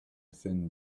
thin